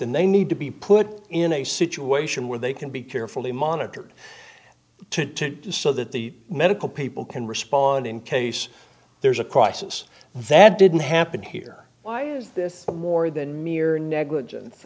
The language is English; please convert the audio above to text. then they need to be put in a situation where they can be carefully monitored to so that the medical people can respond in case there's a crisis that didn't happen here why is this more than mere negligence